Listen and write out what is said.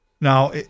Now